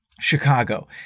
Chicago